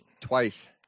Twice